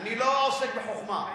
אני לא עוסק בחוכמה,